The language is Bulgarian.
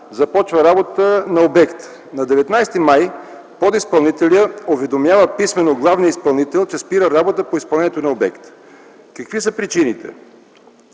започва работа на обекта. На 19 май 2009 г. подизпълнителят уведомява писмено главния изпълнител, че спира работа по изпълнението на обекта. Какви са причините?